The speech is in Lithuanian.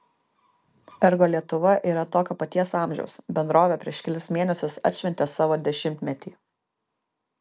ergo lietuva yra tokio paties amžiaus bendrovė prieš kelis mėnesius atšventė savo dešimtmetį